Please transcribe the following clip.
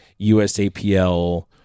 USAPL